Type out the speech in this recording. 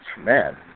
man